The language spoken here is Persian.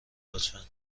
لطفا